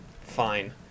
fine